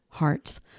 hearts